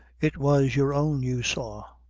it was your own you saw,